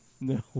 No